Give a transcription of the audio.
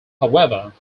however